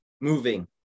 moving